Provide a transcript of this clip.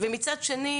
ומצד שני